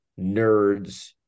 nerds